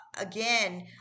again